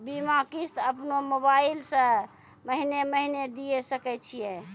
बीमा किस्त अपनो मोबाइल से महीने महीने दिए सकय छियै?